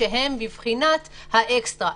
שהם בבחינת אקסטרה.